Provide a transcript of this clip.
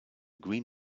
green